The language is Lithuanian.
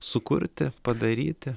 sukurti padaryti